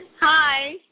Hi